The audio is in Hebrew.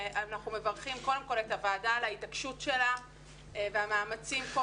אנחנו מברכים קודם כל את הוועדה על ההתעקשות שלה והמאמצים כל